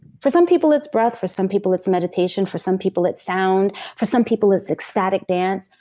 for some people, it's breath. for some people, it's meditation. for some people, it's sounds. for some people, it's ecstatic dance.